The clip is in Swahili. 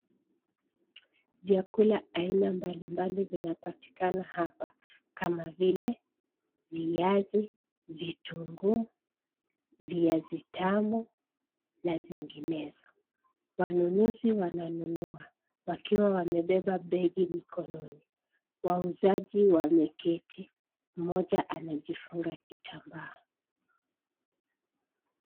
Vyakula aina mbalimbali vinapatikana hapa kama vile viazi, vitunguu, viazi tamu na zinginezo. Wanunuzi wananunua wakiwa wamebeba begi mikononi. Wauzaji wameketi. Mmoja anajifunga kitambaa.